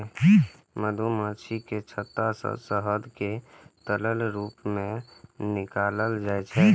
मधुमाछीक छत्ता सं शहद कें तरल रूप मे निकालल जाइ छै